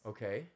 Okay